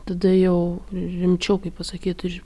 tada jau rimčiau kaip pasakyt iš